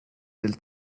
del